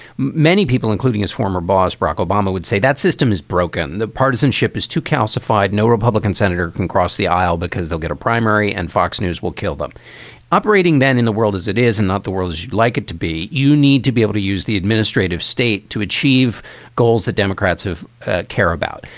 many people, including his former boss, barack obama, would say that system is broken. the partisanship is too calcified. no republican senator can cross the aisle because they'll get a primary. and fox news will kill them operating then in the world as it is and not the world as you'd like it to be. you need to be able to use the administrative state to achieve goals the democrats have care about.